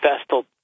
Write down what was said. Vestal